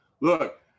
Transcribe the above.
Look